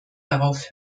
darauf